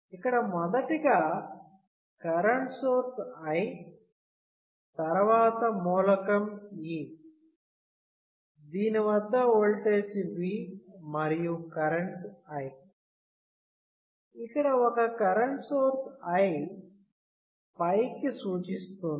ఇక్కడ మొదటగా current source I క్రిందకి తర్వాత మూలకం E దీని వద్ద ఓల్టేజ్ V మరియు కరెంట్ I ఇక్కడ ఒక కరెంటు సోర్స్ I పైకి సూచిస్తుంది